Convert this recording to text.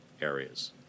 areas